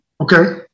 Okay